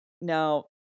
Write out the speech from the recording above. Now